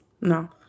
No